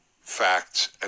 facts